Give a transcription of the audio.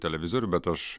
televizorių bet aš